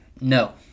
No